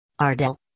Ardell